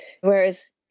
whereas